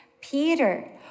Peter